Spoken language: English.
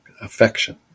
affection